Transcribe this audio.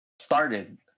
started